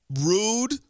rude